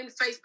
Facebook